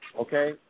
Okay